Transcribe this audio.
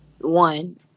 one